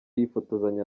yifotozanya